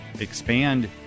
expand